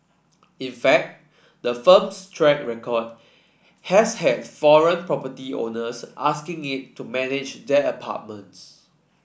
in fact the firm's track record has had foreign property owners asking it to manage their apartments